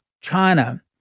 China